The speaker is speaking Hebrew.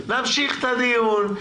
נמשיך את הדיון,